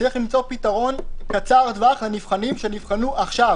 צריך למצוא פתרון קצר טווח לנבחנים שנבחנו עכשיו,